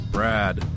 Brad